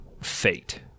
fate